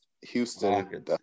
Houston